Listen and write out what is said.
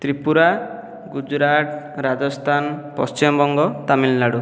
Tripura Gujarat Rajasthan Paschimbanga Tamil Nadu